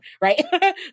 Right